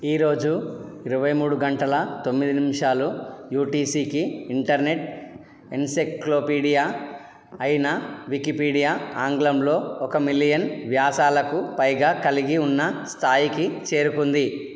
ఈరోజు ఇరవై మూడు గంటల తొమ్మిది నిమిషాలు యుటీసికి ఇంటర్నెట్ ఎన్సైక్లోపీడియా అయిన వికీపీడియా ఆంగ్లంలో ఒక మిలియన్ వ్యాసాలకు పైగా కలిగి ఉన్న స్థాయికి చేరుకుంది